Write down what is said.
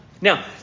Now